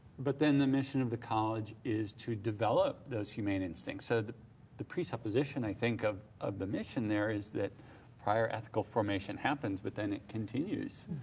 but then the mission of the college is to develop those humane instincts. so the the presupposition, i think, of of the mission there is that prior ethical formation happens but then it continues